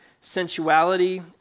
sensuality